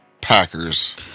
Packers